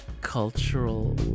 cultural